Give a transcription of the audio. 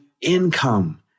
income